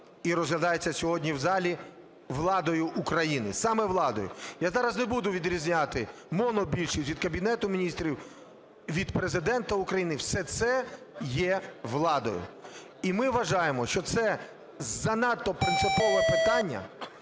і розглядається сьогодні в залі владою України, саме владою. Я зараз не буду відрізняти монобільшість від Кабінету Міністрів, від Президента України – все це є владою. І ми вважаємо, що це занадто принципове питання